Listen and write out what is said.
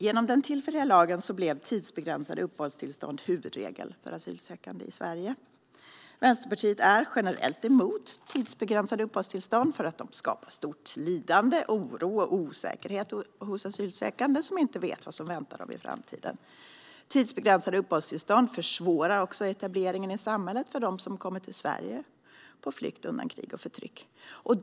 Genom den tillfälliga lagen blev tidsbegränsade uppehållstillstånd huvudregel för asylsökande i Sverige. Vänsterpartiet är generellt emot tidsbegränsade uppehållstillstånd, eftersom de skapar stort lidande, oro och osäkerhet hos asylsökande som inte vet vad som väntar dem i framtiden. Tidsbegränsade uppehållstillstånd försvårar också etableringen i samhället för dem som kommer till Sverige på flykt undan krig och förtryck.